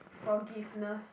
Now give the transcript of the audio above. forgiveness